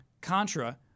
Contra